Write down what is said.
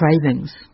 cravings